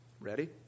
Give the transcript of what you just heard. Ready